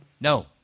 No